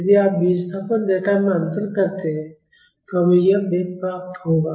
यदि आप विस्थापन डेटा में अंतर करते हैं तो हमें यह वेग प्राप्त होगा